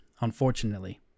unfortunately